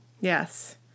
yes